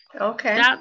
Okay